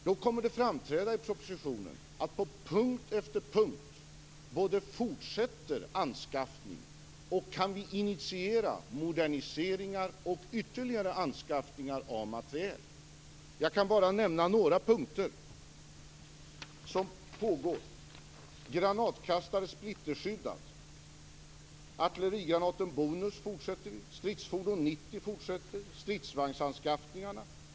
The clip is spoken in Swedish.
Det kommer att framträda i propositionen att på punkt efter punkt både fortsätter anskaffningar och kan vi initiera moderniseringar och ytterligare anskaffningar av materiel. Jag kan bara nämna några punkter. Det sker stridsvagnsanskaffningar.